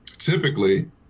Typically